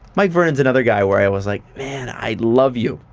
mike vernon's another guy where i was like man, i love you,